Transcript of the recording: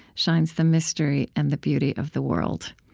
shines the mystery and the beauty of the world.